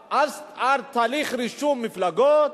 ההצבעה על תהליך רישום מפלגות,